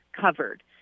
covered